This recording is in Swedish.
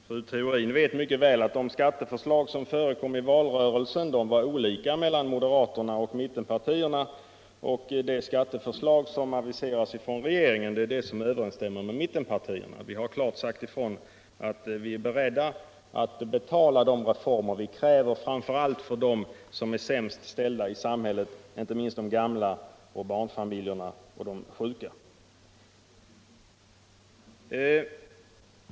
Herr talman! Fru Theorin vet mycket väl att moderaternas och mittenpartiernas skatteförslag i valrörelsen var olika. Det skatteförslag som nu aviserats från regeringen överensstämmer med mittenpartiernas. Vi har klart sagt ifrån att vi är beredda att betala de reformer vi kräver, framför allt för de sämst ställda i samhället — inte minst för de gamla, barnfamiljerna och de sjuka.